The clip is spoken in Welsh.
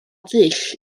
ddull